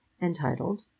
entitled